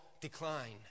decline